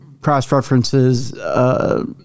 cross-references